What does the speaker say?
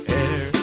air